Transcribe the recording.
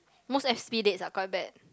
most s_p dates are quite bad